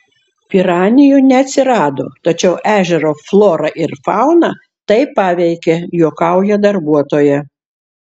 piranijų neatsirado tačiau ežero florą ir fauną tai paveikė juokauja darbuotoja